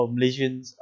Malaysians